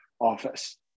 office